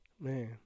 man